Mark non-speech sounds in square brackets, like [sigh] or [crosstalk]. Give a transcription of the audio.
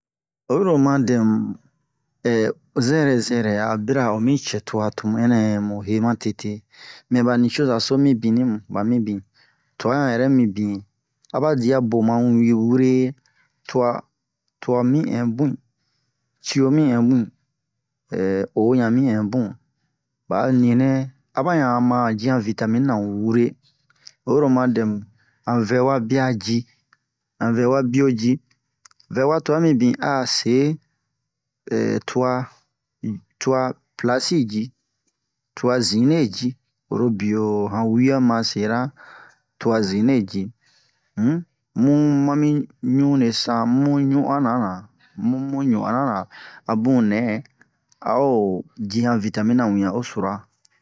oyiro oma dɛmu [hesitation] zɛrɛ zɛrɛ-yɛ a bira omi cɛ tuwa tomu ɛnɛ mu he matete mɛ ɓa nucozo so mibinni mu ɓa mibin twa ɲan yɛrɛ mibin aba diya boman wure tuwa tuwa mi ɛn bun ciyo mi ɛn bun [hesitation] o ɲan mi ɛn bun ɓa a ninɛ aɓa ɲan ma ji han vitamina wure oro oma dɛmu han vɛwa biya ji han vɛwa biyo ji vɛwa tuwa mibin a seb [hesitation] tuwa tuwa plase ji tuwa zinle ji oro biyo han wiya ma sera tuwa zinle ji um mu mami ɲunle san mu ɲun'onnala mu ɲun'onnala a bun nɛ a o ji han vitamine wiɲan o sura [noise]